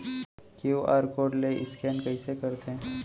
QR code ले scan कइसे करथे?